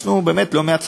יש לנו באמת לא מעט שחקנים,